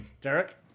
Derek